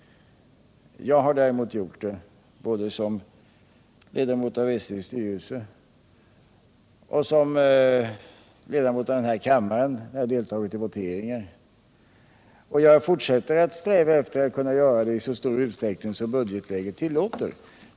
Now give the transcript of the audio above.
Jag har däremot gjort det, både som ledamot av SJ:s styrelse och som ledamot av den här kammaren, när jag deltagit i voteringar, och jag fortsätter att sträva efter att göra det i så stor utsträckning som budgetläget tillåter.